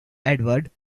edward